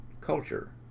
culture